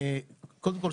קודם כל,